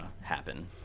happen